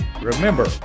remember